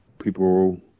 people